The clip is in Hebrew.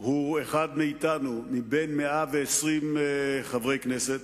הוא אחד מאתנו, מ-120 חברי הכנסת.